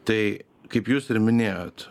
tai kaip jūs ir minėjot